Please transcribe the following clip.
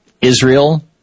Israel